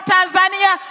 Tanzania